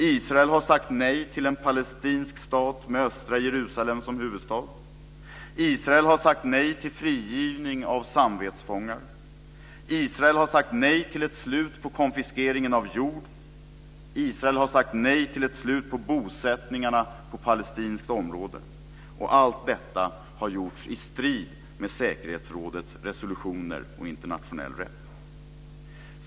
Israel har sagt nej till en palestinsk stat med östra Jerusalem som huvudstad. Israel har sagt nej till frigivning av samvetsfångar. Israel har sagt nej till ett slut på konfiskeringen av jord. Israel har sagt nej till ett slut på bosättningarna på palestinska områden. Allt detta har gjorts i strid med säkerhetsrådets resolutioner och internationell rätt.